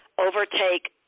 overtake